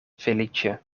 feliĉe